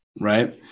Right